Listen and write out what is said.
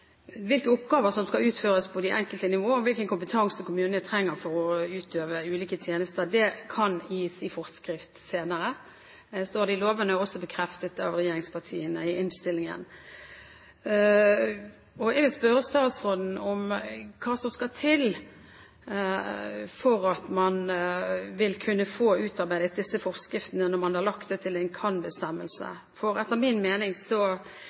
hvilke oppgaver som skal utføres på de enkelte nivå, og hvilken kompetanse kommunene trenger for å utøve ulike tjenester. Det kan gis i forskrift senere. Det står i loven, og det er også bekreftet av regjeringspartiene i innstillingen. Jeg vil spørre statsråden hva som skal til for at man vil kunne få utarbeidet disse forskriftene når man har lagt det til en kan-bestemmelse, for etter min mening